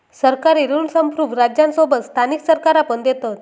सरकारी ऋण संप्रुभ राज्यांसोबत स्थानिक सरकारा पण देतत